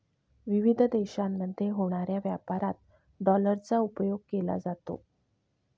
विविध देशांमध्ये होणाऱ्या व्यापारात डॉलरचा उपयोग केला जातो